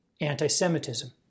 anti-Semitism